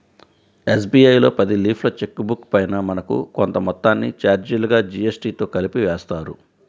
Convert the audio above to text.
SBI లో పది లీఫ్ల చెక్ బుక్ పైన మనకు కొంత మొత్తాన్ని చార్జీలుగా జీఎస్టీతో కలిపి వేస్తారు